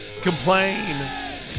complain